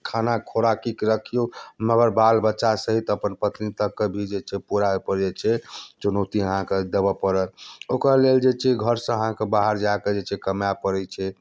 खाना खोराकीके रखियौ मगर बाल बच्चा सहित अपन पत्नी तक के भी जे छै पूरा ओहिपर जे छै चुनौती अहाँकेँ देबय पड़त ओकरा लेल जे छै घरसँ अहाँकेँ बाहर जाऽ कऽ जे छै कमाए पड़ैत छै